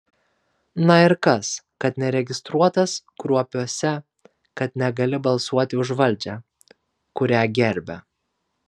na ir kas kad neregistruotas kruopiuose kad negali balsuoti už valdžią kurią gerbia